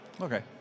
Okay